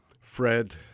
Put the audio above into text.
Fred